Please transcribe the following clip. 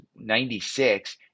96